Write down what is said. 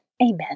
Amen